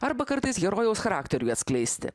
arba kartais herojaus charakteriui atskleisti